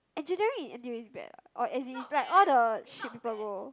engineering in N_T_U is bad ah or as is like all the shit people go